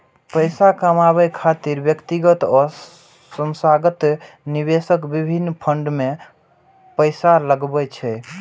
पैसा कमाबै खातिर व्यक्तिगत आ संस्थागत निवेशक विभिन्न फंड मे पैसा लगबै छै